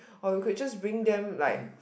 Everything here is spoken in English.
or we could just bring them like